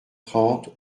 trente